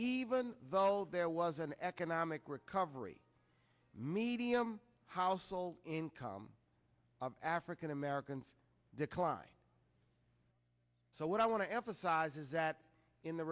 even though there was an economic recovery medium household income african americans declined so what i want to emphasize is that in the